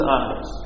eyes